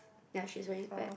ya she's wearing spec